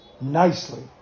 nicely